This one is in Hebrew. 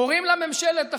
קוראים לה ממשלת אחדות,